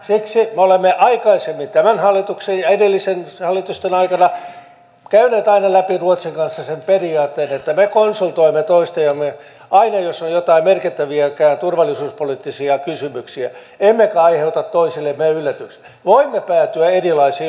siksi me olemme aikaisemmin tämän hallituksen ja edellisten hallitusten aikana käyneet aina läpi ruotsin kanssa sen periaatteen että me konsultoimme toisiamme aina jos on jotain merkittäviäkään turvallisuuspoliittisia kysymyksiä emmekä aiheuta toisillemme yllätyksiä voimme päätyä erilaisiin lopputuloksiin se on selvä